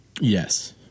Yes